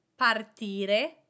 partire